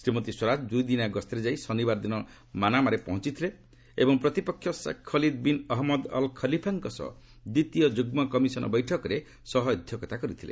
ଶ୍ରୀମତୀ ସ୍ୱରାଜ ଦୁଇଦିନିଆ ଗସ୍ତରେ ଯାଇ ଶନିବାର ଦିନ ମାନାମାରେ ପହଞ୍ଚିଥିଲେ ଏବଂ ପ୍ରତିପକ୍ଷ Sheikh Khalid bin Ahmed Al ଖଲିଫାଙ୍କ ସହ ଦ୍ୱିତୀୟ ଯୁଗ୍ମ କମିଶନ୍ ବୈଠକରେ ସହ ଅଧ୍ୟକ୍ଷତା କରିଥିଲେ